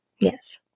Yes